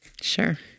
Sure